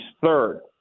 third